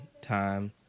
time